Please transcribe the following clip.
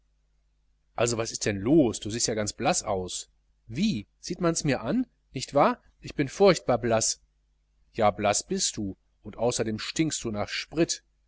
also was ist denn los du siehst ja ganz blaß aus wie sieht man mirs an nicht wahr ich bin furchtbar blaß ja blaß bist du und außerdem stinkst du nach sprit